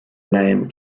name